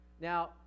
Now